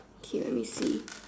okay let me see